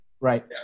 Right